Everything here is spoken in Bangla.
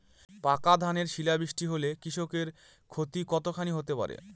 পাকা ধানে শিলা বৃষ্টি হলে কৃষকের ক্ষতি কতখানি হতে পারে?